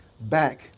back